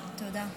תודה.